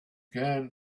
can